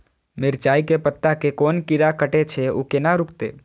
मिरचाय के पत्ता के कोन कीरा कटे छे ऊ केना रुकते?